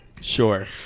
Sure